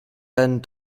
een